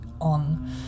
on